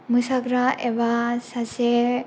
मोसाग्रा एबा सासे